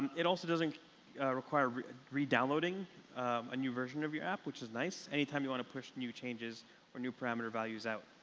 it also doesn't require redownloading a new version of your app, which is nice anytime you want to push new changes or new parameter values out.